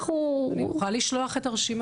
אנחנו --- אני אוכל לשלוח את הרשימה.